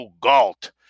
Galt